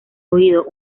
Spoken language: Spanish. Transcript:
oído